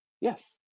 Yes